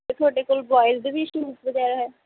ਅਤੇ ਤੁਹਾਡੇ ਕੋਲ਼ ਬੋਆਇਜ ਦੇ ਵੀ ਸ਼ੂਜ਼ ਵਗੈਰਾ ਹੈ